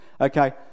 okay